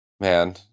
man